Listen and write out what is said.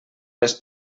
les